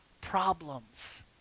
problems